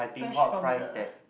fresh from the